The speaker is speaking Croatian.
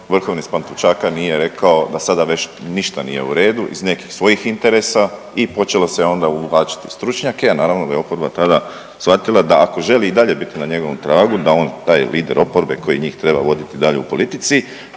vrhovni s Pantovčaka nije rekao da sada ništa nije u redu iz nekih svojih interesa i počelo se onda uvlačiti stručnjake, a naravno da je oporba tada shvatila, da ako želi i dalje biti na njegovom tragu da on, da je lider oporbe koji njih treba voditi dalje u politici,